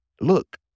look